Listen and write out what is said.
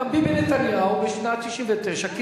גם ביבי נתניהו בשנת 1999 קיבל,